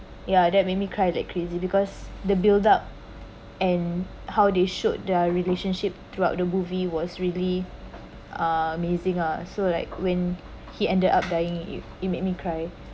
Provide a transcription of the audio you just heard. ya that made me cry that crazy because the build up and how they showed their relationship throughout the movie was really amazing ah so like when he ended up dying it it made me cry